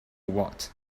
what